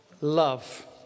love